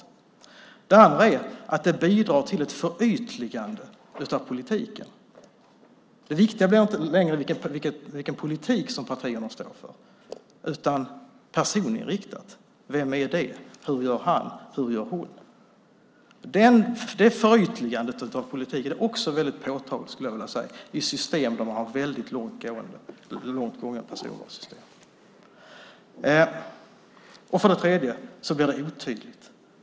Ett annat argument är att det bidrar till ett förytligande av politiken. Det viktiga blir inte längre vilken politik partierna står för, utan det viktiga blir det personinriktade: Vem är det? Hur gör han? Hur gör hon? Ett sådant förytligande av politiken är också, skulle jag vilja säga, väldigt påtagligt där man har gått väldigt långt med sitt personvalssystem. Ett tredje argument är att det blir otydligt.